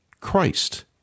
Christ